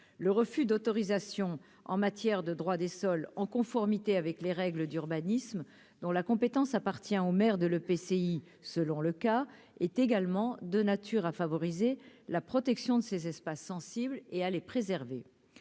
le refus d'autorisation en matière de droit des sols en conformité avec les règles d'urbanisme dont la compétence appartient au maire de le PCI, selon le cas est également de nature à favoriser la protection de ces espaces sensibles et à les préserver,